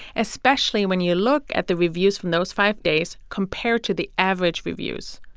especially when you look at the reviews from those five days compared to the average reviews.